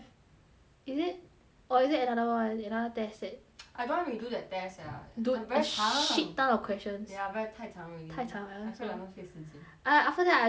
is it or is it another [one] another test that I don't want redo that test sia 很 very 长 dude shit down the questions ya ver~ 太长 already 太长了 I feel like 浪费时间 a~ after that I do that 有点 sian